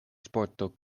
sporto